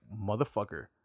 motherfucker